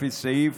לפי סעיף